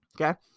Okay